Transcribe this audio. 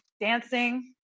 dancing